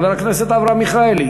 חבר הכנסת אברהם מיכאלי,